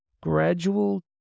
gradual